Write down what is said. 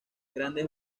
grandes